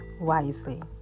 wisely